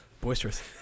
boisterous